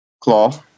Claw